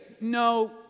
no